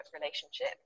relationship